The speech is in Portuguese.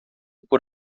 por